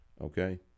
Okay